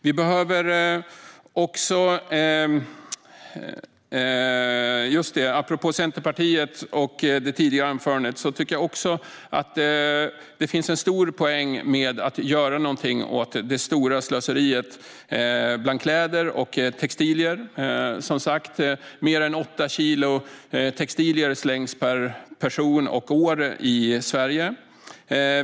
Vidare angående det tidigare anförandet från Centerpartiet tycker jag också att det finns en stor poäng med att göra något åt det stora slöseriet med kläder och textilier. Mer än åtta kilo textilier per person och år slängs i Sverige.